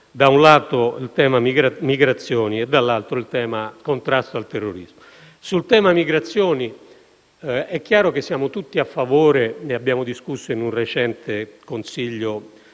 da un lato, il tema migrazioni e, dall'altro, il tema contrasto al terrorismo. Sul tema migrazioni è chiaro che siamo tutti a favore - ne abbiamo discusso in un recente Consiglio